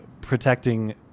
protecting